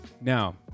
Now